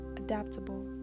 adaptable